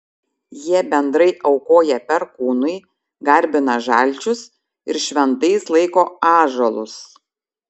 jie bendrai aukoja perkūnui garbina žalčius ir šventais laiko ąžuolus